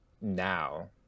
now